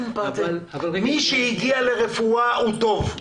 מי שהגיע לרפואה, הוא טוב.